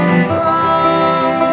strong